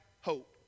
hope